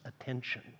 attention